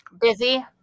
Busy